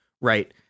right